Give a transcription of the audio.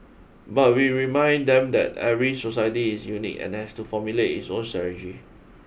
but we remind them that every society is unique and has to formulate its own strategy